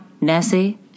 Nessie